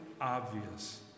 obvious